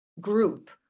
group